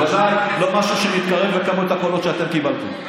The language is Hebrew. בוודאי לא משהו שמתקרב לכמות הקולות שאתם קיבלתם.